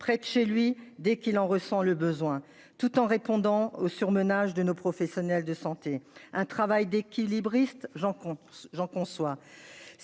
près de chez lui dès qu'il en ressent le besoin tout en répondant au surmenage de nos professionnels de santé, un travail d'équilibriste Jean course